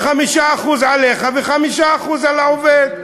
ו-5% עליך ו-5% על העובד.